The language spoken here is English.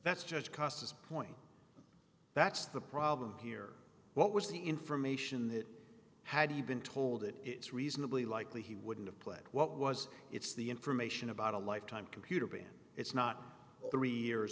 that's just cost point that's the problem here what was the information that had you been told it it's reasonably likely he wouldn't have put what was it's the information about a life time computer being it's not the rear